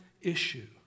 issue